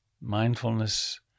Mindfulness